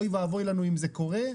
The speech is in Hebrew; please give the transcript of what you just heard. אוי ואבוי לנו אם זה קורה,